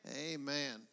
Amen